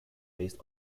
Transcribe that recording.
based